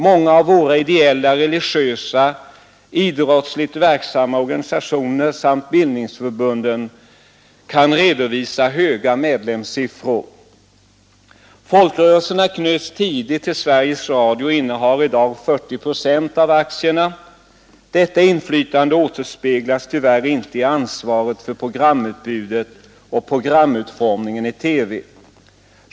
Många av våra ideella, religiösa och idrottsligt verksamma organisationer samt bildningsförbunden kan redovisa höga medlemssiffror. procent av aktierna. Detta inflytande återspeglas tyvärr inte i ansvaret för programutbudet och programutformningen i TV.